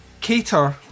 cater